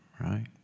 right